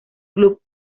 club